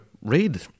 read